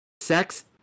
Sex